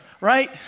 right